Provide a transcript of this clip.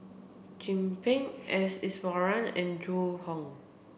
Chin Peng S Iswaran and Zhu Hong